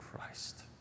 Christ